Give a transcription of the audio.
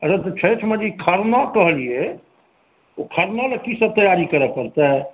अच्छा तऽ छठिमे जे ई खरना कहलियै ओ खरनामे की सभ तैयारी करऽ पड़तै